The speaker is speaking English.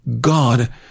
God